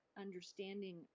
understanding